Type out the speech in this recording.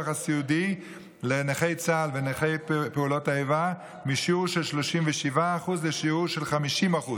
הסיעודי לנכי צה"ל ונכי פעולות האיבה משיעור של 37% לשיעור של 50%,